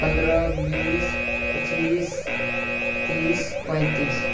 पनरह बीस पचीस तीस पेँतिस